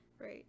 right